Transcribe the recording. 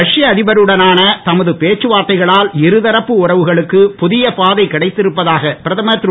Russia அதிபருடனான தமது பேச்சுவார்த்தைகளால் இருதரப்பு உறவுகளுக்கு புதிய பாதை கிடைத்திருப்பதாக பிரதமர் திரு